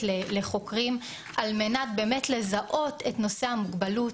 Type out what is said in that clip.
לחוקרים על מנת באמת לזהות את נושא המוגבלות.